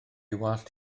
wallt